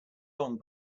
long